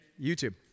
YouTube